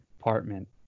apartment